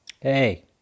hey